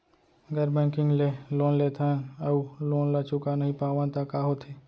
गैर बैंकिंग ले लोन लेथन अऊ लोन ल चुका नहीं पावन त का होथे?